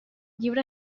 llibre